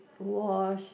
wash